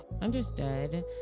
understood